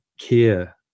care